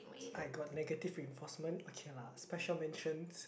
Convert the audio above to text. I got negative reinforcement okay lah special mentions